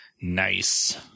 Nice